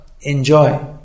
enjoy